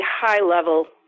high-level